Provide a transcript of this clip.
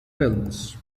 films